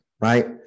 right